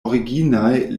originaj